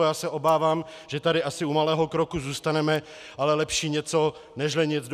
Já se obávám, že tady asi u malého kroku zůstaneme, ale lepší něco nežli nic.